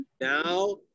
now